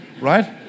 Right